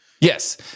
Yes